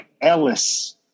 Ellis